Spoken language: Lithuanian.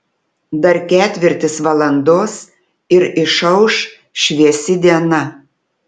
dar ketvirtis valandos ir išauš šviesi diena